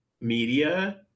media